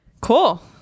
cool